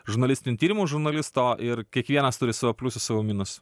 žurnalistinių tyrimų žurnalisto ir kiekvienas turi savo pliusų savo minusų